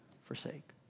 forsake